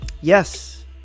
yes